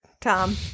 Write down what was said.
Tom